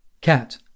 cat